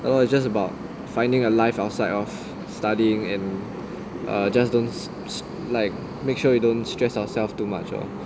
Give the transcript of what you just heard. you know it's just about finding a life outside of studying and err just don't like make sure you don't stress ourselves too much lah